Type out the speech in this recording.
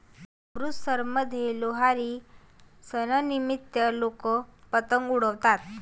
अमृतसरमध्ये लोहरी सणानिमित्त लोक पतंग उडवतात